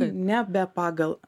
nebe pagal